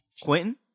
Quentin